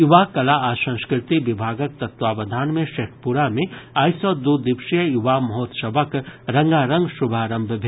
युवा कला और संकृति विभागक तत्वाधान मे शेखपुरा मे आइ सँ दू दिवसीय युवा महोत्सवक रंगारंग शुभारंभ भेल